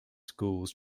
schools